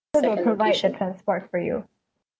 so they provide the transport for you